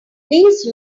please